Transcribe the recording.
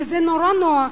כי זה נורא נוח,